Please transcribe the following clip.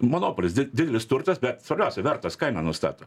monopolis didelis turtas bet svarbiausia vertas kainą nustato